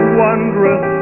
wondrous